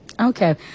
Okay